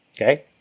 Okay